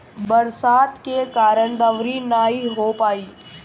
बरसात के कारण दँवरी नाइ हो पाई